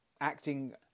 acting